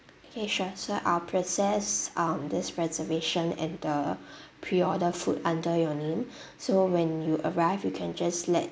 okay sure so I'll process um this reservation and the pre ordered food under your name so when you arrive you can just let